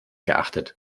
geachtet